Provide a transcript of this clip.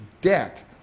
debt